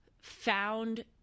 found